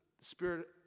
spirit